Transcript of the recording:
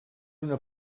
una